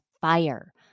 fire